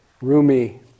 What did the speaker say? Rumi